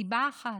סיבה אחת,